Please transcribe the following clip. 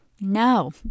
No